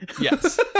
yes